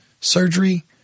surgery